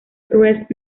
res